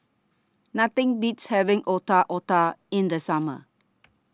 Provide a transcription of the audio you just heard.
Nothing Beats having Otak Otak in The Summer